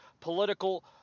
political